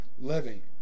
living